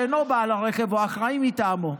שאינו בעל הרכב או האחראי מטעמו.